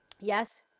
Yes